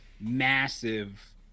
massive